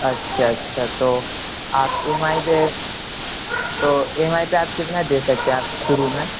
اچھا اچھا تو آپ ایم آئی پہ تو ایم آئی پہ آپ کتنا دے سکتے ہیں شروع میں